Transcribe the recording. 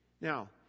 Now